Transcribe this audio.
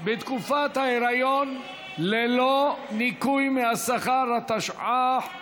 בתקופת ההיריון ללא ניכוי מהשכר), התשע"ח 2018,